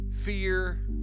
fear